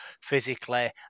physically